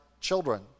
children